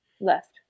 Left